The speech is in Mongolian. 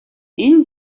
энэ